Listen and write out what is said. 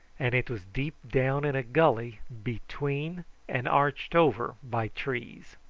and it was deep down in a gully between and arched over by trees.